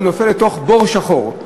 הוא נופל לתוך בור שחור.